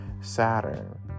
Saturn